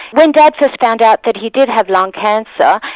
when dad first found out that he did have lung cancer,